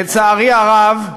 לצערי הרב,